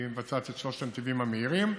היא מבצעת את שלושת הנתיבים המהירים,